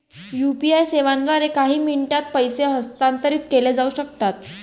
UPI सेवांद्वारे काही मिनिटांत पैसे हस्तांतरित केले जाऊ शकतात